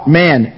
man